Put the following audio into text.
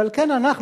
ועל כן אנחנו,